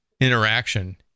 interaction